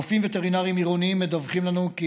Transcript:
רופאים וטרינרים עירוניים מדווחים לנו כי